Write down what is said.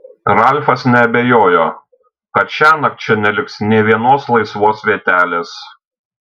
ralfas neabejojo kad šiąnakt čia neliks nė vienos laisvos vietelės